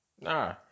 nah